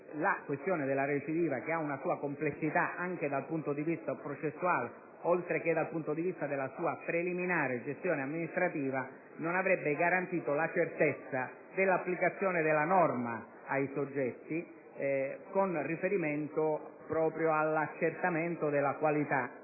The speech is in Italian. la questione della recidiva - che ha una sua complessità anche dal punto di vista processuale, oltre che da quello della sua preliminare gestione amministrativa - non avrebbe garantito la certezza dell'applicazione della norma ai soggetti con riferimento proprio all'accertamento della qualità